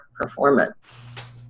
performance